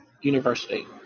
University